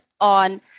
on